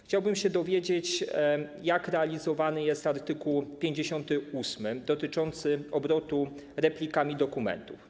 Chciałbym się dowiedzieć, jak realizowany jest art. 58 dotyczący obrotu replikami dokumentów.